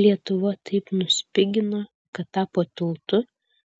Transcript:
lietuva taip nusipigino kad tapo tiltu